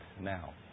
now